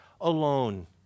alone